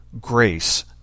grace